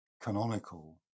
canonical